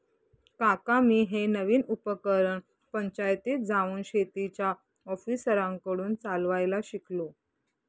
काका मी हे नवीन उपकरण पंचायतीत जाऊन शेतीच्या ऑफिसरांकडून चालवायला शिकलो